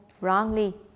wrongly